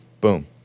Boom